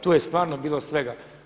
Tu je stvarno bilo svega.